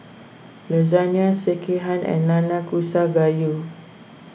Lasagne Sekihan and Nanakusa Gayu